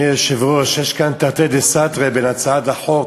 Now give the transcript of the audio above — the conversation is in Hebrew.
אדוני היושב-ראש, יש כאן תרתי דסתרי בהצעת החוק